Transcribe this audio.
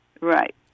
Right